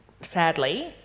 sadly